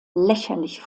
lächerlich